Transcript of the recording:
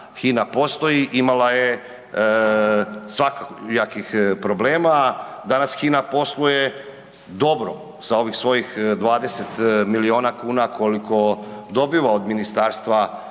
HINA postoji, imala je svakojakih problema, danas HINA posluje dobro sa ovih svojih 20 milijuna kuna koliko dobiva od Ministarstvo